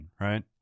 right